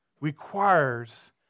requires